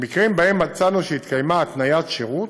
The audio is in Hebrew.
במקרים שמצאנו שהתקיימה בהם התניית שירות,